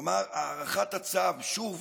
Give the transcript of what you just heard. כלומר, הארכת הצו שוב